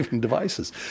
devices